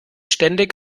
ständig